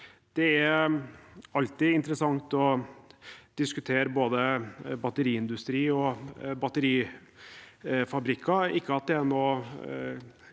Det er alltid interessant å diskutere både batteriindustri og batterifabrikker.